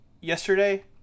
yesterday